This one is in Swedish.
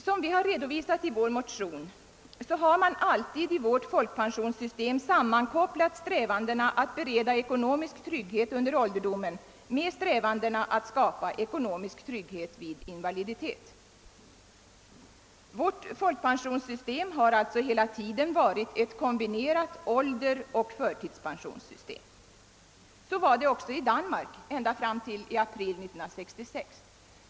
Som vi redovisat i våra motioner har man alltid i vårt lands folkpensionssystem sammankopplat strävandena att bereda ekonomisk trygghet under ålderdomen med strävandena att skapa ekonomisk trygghet vid invaliditet. Vårt folkpensionssystem har alltså hela tiden varit ett kombinerat åldersoch förtidspensionssystem. Så var det också i Danmark ända fram till april 1966.